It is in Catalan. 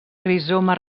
rizoma